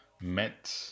met